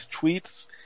tweets